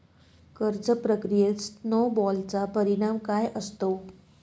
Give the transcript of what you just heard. कर्ज प्रक्रियेत स्नो बॉलचा परिणाम काय असतो?